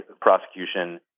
prosecution